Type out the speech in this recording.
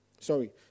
sorry